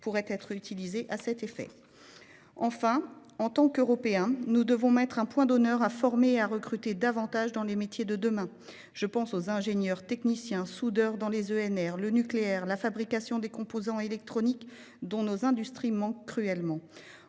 pourraient être utilisés à cet effet. Enfin, en tant qu'Européens, nous devons mettre un point d'honneur à former et à recruter davantage dans les métiers de demain. Je pense aux ingénieurs, techniciens, soudeurs dans le secteur des énergies renouvelables, du nucléaire ou de la fabrication des composants électroniques, dont nos industries manquent cruellement.